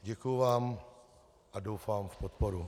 Děkuji vám a doufám v podporu.